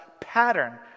pattern